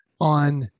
on